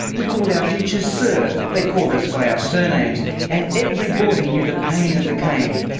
we called our teachers sir, they called us by our surnames and every boy knew the pain of the cane.